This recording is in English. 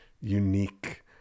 unique